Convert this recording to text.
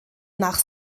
nach